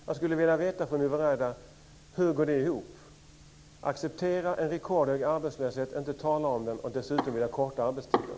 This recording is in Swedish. Jag skulle vilja få veta av Yvonne Ruwaida hur det går ihop att inte vilja tala om den rekordhöga arbetslösheten samtidigt som man vill förkorta arbetstiden.